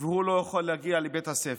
והוא לא היה יכול להגיע לבית הספר.